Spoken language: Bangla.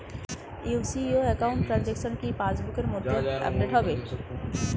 ইউ.সি.ও একাউন্ট ট্রানজেকশন কি পাস বুকের মধ্যে আপডেট হবে?